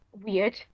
weird